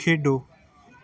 ਖੇਡੋ